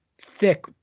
thick